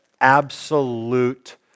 absolute